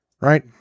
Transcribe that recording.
Right